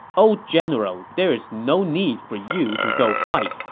old general, there's no need for you to go fight.